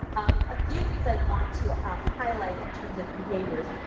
a few things i want to ah highlight in terms in behavior.